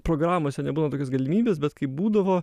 programose nebūna tokios galimybės bet kai būdavo